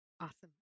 Awesome